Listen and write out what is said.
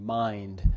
mind